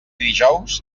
dijous